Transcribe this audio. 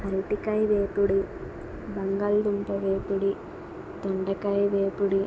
అరటికాయ వేపుడు బంగాళదుంప వేపుడు దొండకాయ వేపుడి